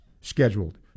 scheduled